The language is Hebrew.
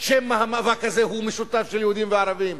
שמא המאבק הזה הוא משותף של יהודים וערבים.